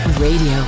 radio